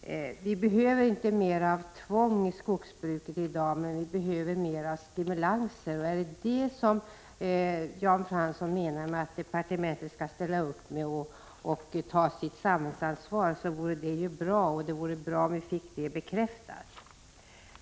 Det behövs inte mera tvång i dagens skogsbruk, utan mer stimulans. Om det är vad Jan Fransson menar att departementet skall ställa upp med och ta sitt samhällsansvar för, så är det bra. Det är också bra om vi får det bekräftat.